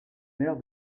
maire